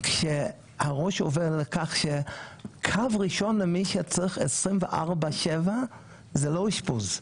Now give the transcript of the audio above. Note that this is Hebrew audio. כשהראש עובר לכך שקו ראשון למי שצריך 24/7 זה לא אשפוז,